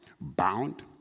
bound